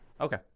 Okay